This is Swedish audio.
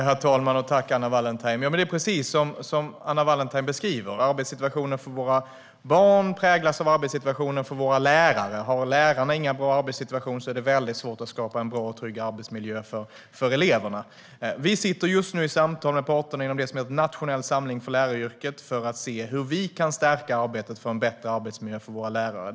Herr talman! Tack, Anna Wallentheim! Det är precis som Anna Wallentheim beskriver det. Arbetssituationen för våra barn präglas av arbetssituationen för våra lärare. Har lärarna ingen bra arbetssituation är det svårt att skapa en bra och trygg arbetsmiljö för eleverna. Vi sitter just nu i samtal med parterna inom det som heter Nationell samling för läraryrket för att se hur vi kan stärka arbetet för en bättre arbetsmiljö för våra lärare.